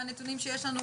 והנתונים שיש לנו,